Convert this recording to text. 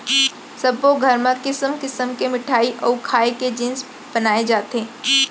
सब्बो घर म किसम किसम के मिठई अउ खाए के जिनिस बनाए जाथे